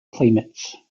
climates